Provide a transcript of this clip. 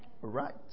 Right